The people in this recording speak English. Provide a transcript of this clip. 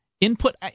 Input